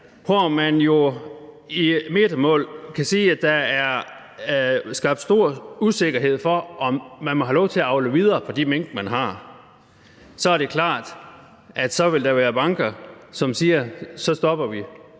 er der i metermål skabt stor usikkerhed om, om de må have lov til at avle videre på de mink, de har, og så er det klart, at så vil der være banker, som siger: Så stopper vi!